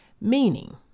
meaning